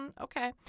Okay